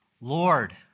Lord